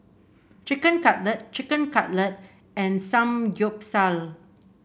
Chicken Cutlet Chicken Cutlet and Samgyeopsal